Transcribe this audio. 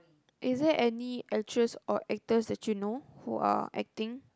is there any actress or actor that you know who are acting